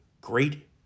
great